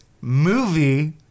movie